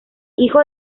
hijo